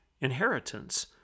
inheritance